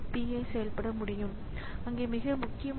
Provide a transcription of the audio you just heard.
எனவே இவை மென்பொருளால் உருவாக்கப்படும் குறுக்கீடுகள்